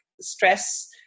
stress